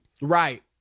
Right